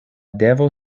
devo